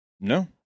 No